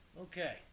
okay